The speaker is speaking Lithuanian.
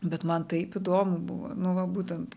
bet man taip įdomu buvo nu va būtent